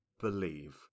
believe